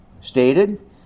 stated